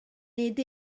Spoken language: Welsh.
nid